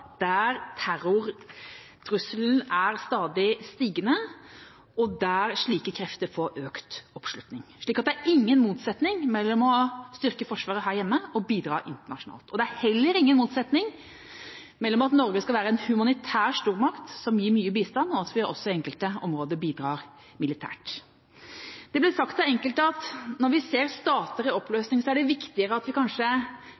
der terrortrusselen er stadig stigende, og der slike krefter får økt oppslutning. Så det er ingen motsetning mellom å styrke forsvaret her hjemme og å bidra internasjonalt. Det er heller ingen motsetning mellom at Norge skal være en humanitær stormakt som gir mye bistand, og at vi også i enkelte områder bidrar militært. Det blir sagt av enkelte at når vi ser stater i